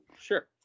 Sure